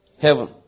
Heaven